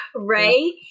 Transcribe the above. right